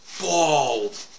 bald